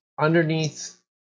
underneath